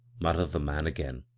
muttered the man again,